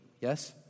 yes